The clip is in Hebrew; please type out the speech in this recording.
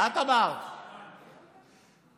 אני אעמוד פה עשר דקות.